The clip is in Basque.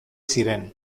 ziren